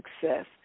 success